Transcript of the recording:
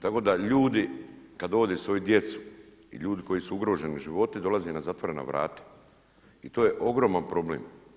Tako da ljudi kad dovode svoju djecu i ljudi koji su ugroženi životi dolazi na zatvorena vrata i to je ogroman problem.